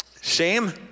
shame